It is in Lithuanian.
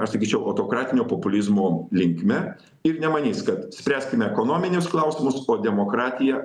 aš sakyčiau autokratinio populizmo linkme ir nemanys kad spręskim ekonominius klausimus o demokratiją